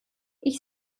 ich